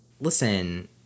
listen